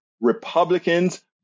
Republicans